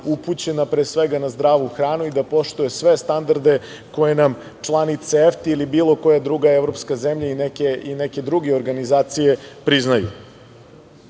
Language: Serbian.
upućena pre svega na zdravu hranu i da poštuje sve standarde koje nam članice EFTA ili bilo koja druga evropska zemlja i neke druge organizacije priznaju. Moram